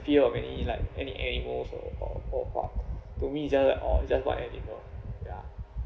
fear of any like any animals or or or uh to me it's just like uh it's just one animal ya